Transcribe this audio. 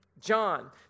John